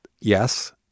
yes